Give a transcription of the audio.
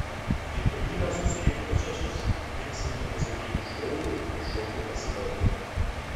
į turnyrą susirinkusiuosius linksmino muzikiniai šou ir šokių pasirodymai